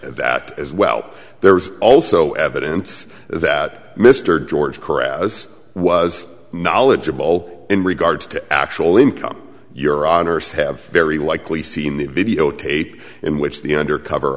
that as well there was also evidence that mr george korat as was knowledgeable in regards to actual income your honour's have very likely seen the videotape in which the undercover